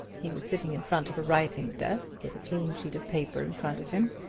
he was sitting in front of a writing desk, with a clean sheet of paper in front of him,